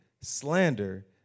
slander